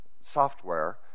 software